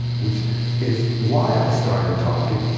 which is why i started talking,